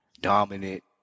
Dominant